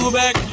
back